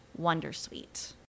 wondersuite